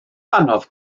anodd